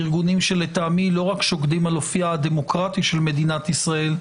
ארגונים שלטעמי לא רק שוקדים על אופייה הדמוקרטי של מדינת ישראל,